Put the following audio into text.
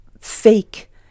fake